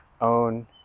own